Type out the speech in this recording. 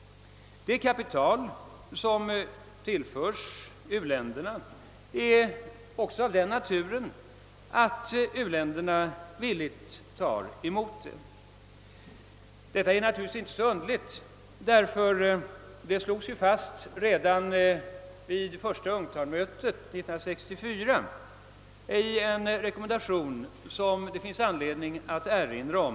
Det kapital som tillförs u-länderna är också av sådan natur, att u-länderna villigt tar emot det. Detta är naturligtvis inte underligt, eftersom en mycket positiv inställning till enskilt kapitalflöde slogs fast redan vid första UNCTAD-mötet 1964 i en rekommendation, som det finns anledning att erinra om.